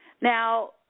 Now